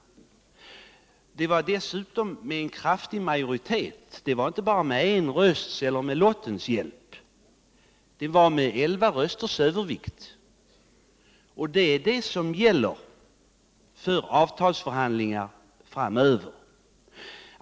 Detta skedde dessutom med en kraftig majoritet — inte bara med en rösts eller med lottens hjälp utan med 11 rösters övervikt. Detta beslut gäller för avtalsförhandlingarna framöver.